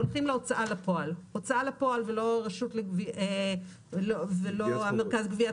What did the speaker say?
הולכים להוצאה לפועל הוצאה לפועל ולא מרכז גביית